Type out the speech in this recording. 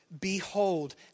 behold